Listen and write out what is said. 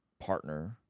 partner